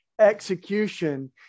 execution